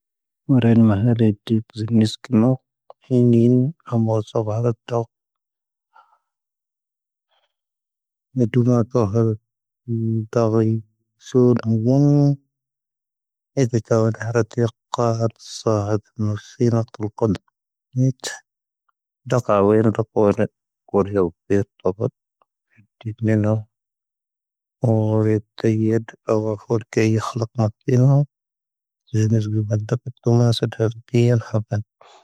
ⵏⵓⵔⴰⵉⵏ ⵎⴰⵀⴰⵔⴰⵜ ⵣⵀⵉⴷ ⴷⵓⵏⴰⴽ ⵉⵏⵉⵢⵉⵓⵏ ⵙⴰⴱⴰⵀⴰⵔⵜ ⵜⴰⴱⴷ ⵎⴰⴷⵓ ⵎⴰ ⵣⴰⵀⴰⵔⴰⵜ ⵉⵏ ⵜⴰⵣⵉⵍ ⵙⵓⵔ ⴰⵏⴷⵉⵢⴰⵏ ⴰⵉⴱⵉⵜⴰⵀⴰⵔⴷⴷⴰⵔⴰⵜ ⵔⵉⵇⵇⴰ ⵀⵉⵣⴰ ⵙⴰⵀⴰⵔⴰⵜ ⵎⵓⵙⵉ ⵏⴰⵜⵉⵍ ⴽⵓⵏⵜ ⵜⴰⵇⴰⵡⴻⵉⵏ ⵜⵓⴽ ⵜⵓⴷⵏⵉⵢⵓⵏoⵉ ⵀⵓⵓ ⵏⵢⵉⵜ ⵀⵓⵔⴽⴰⵢⵉⵜ ⵀⵉⵎⴰⵣ ⴱⵓⵏⴰⴽ ⴽⵓⵎⴰⵙⴰⵜ